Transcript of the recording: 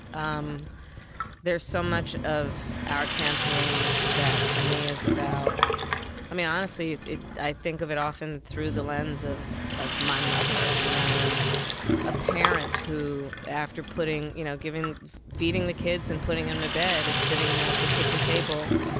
um there's so much of our campaign that, for me, is about i mean, honestly i think of it often through the lens of of my mother, you know, and a parent who, after putting, you know, giving feeding the kids and putting them to bed is sitting at the kitchen table,